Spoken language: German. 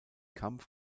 kampf